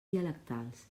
dialectals